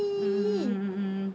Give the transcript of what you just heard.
mm mm mm mm mm mm mm